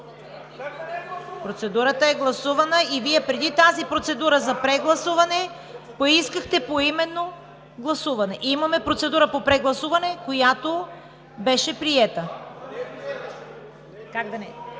Процедурата е гласувана и Вие преди тази процедура за прегласуване поискахте поименна проверка. Имаме процедура по прегласуване, която беше приета. ФИЛИП ПОПОВ